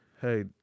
hey